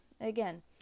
again